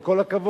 עם כל הכבוד.